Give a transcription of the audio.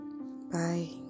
Bye